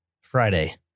Friday